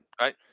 right